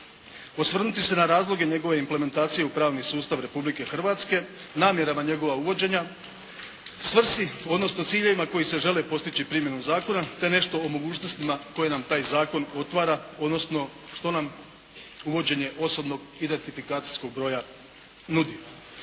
osvrnuti se na razloge njegove implementacije u pravni sustav Republike Hrvatske, namjerama njegova uvođenja, svrsi odnosno ciljevima koji se žele postići primjenom zakona, te nešto o mogućnostima koje nam taj zakon otvara odnosno što nam uvođenje osobnog identifikacijskog broja nudi.